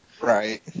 Right